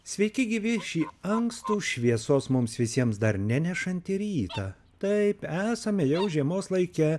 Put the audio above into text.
sveiki gyvi šį ankstų šviesos mums visiems dar nenešantį rytą taip esame jau žiemos laike